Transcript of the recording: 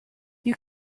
you